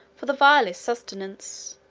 for the vilest sustenance